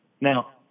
Now